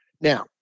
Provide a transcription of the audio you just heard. Now